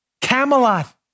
Camelot